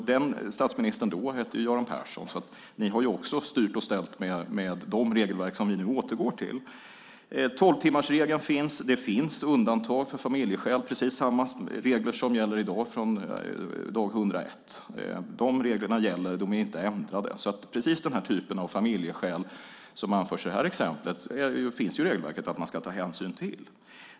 Statsministern då hette Göran Persson. Ni har ju också styrt och ställt med de regelverk som vi nu återgår till. Tolvtimmarsregeln finns. Det finns undantag för familjeskäl. Det är precis samma regler som gäller i dag från dag 101. De reglerna gäller. De är inte ändrade. För precis den typ av familjeskäl som anförs i det här exemplet finns det i regelverket att man ska ta hänsyn till dem.